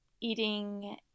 eating